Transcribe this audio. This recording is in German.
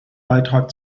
beitrag